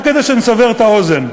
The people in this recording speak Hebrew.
רק כדי שנסבר את האוזן: